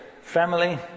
family